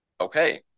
Okay